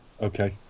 okay